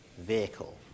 vehicle